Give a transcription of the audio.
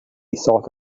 thought